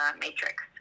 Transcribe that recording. matrix